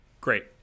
great